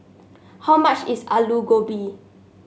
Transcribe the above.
how much is Alu Gobi